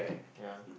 ya